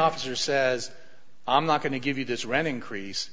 officer says i'm not going to give you this reading crease